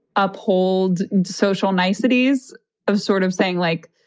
uphold social niceties of sort of saying, like,